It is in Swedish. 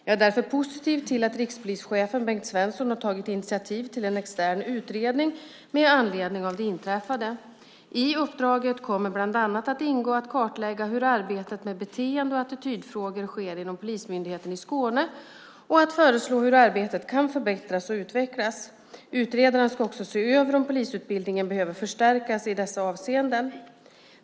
Jag är därför positiv till att rikspolischefen Bengt Svenson har tagit initiativ till en extern utredning med anledning av det inträffade. I uppdraget kommer bland annat att ingå att kartlägga hur arbetet med beteende och attitydfrågor sker inom Polismyndigheten i Skåne och att föreslå hur arbetet kan förbättras och utvecklas. Utredaren ska också se över om polisutbildningen behöver förstärkas i dessa avseenden.